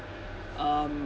um